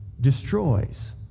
destroys